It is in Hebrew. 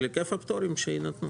של היקף הפטורים שינתנו.